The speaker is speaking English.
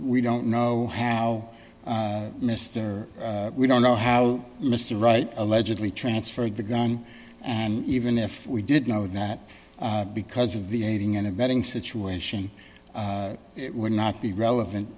we don't know how mr we don't know how mr wright allegedly transferred the gun and even if we did know that because of the aiding and abetting situation it would not be relevant